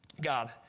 God